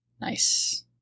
Nice